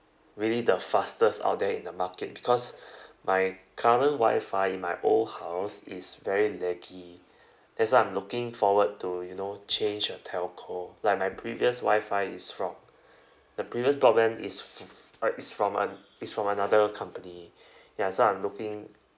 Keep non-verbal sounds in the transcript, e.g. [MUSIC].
really the fastest out there in the market because [BREATH] my current wi-fi in my old house is very laggy that's why I'm looking forward to you know change a telco like my previous wi-fi is from the previous broadband is fr~ right is from an~ it's from another company [BREATH] ya so I'm looking